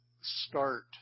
start